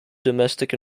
domestic